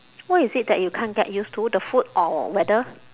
what is it that you can't get used to the food or weather